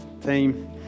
team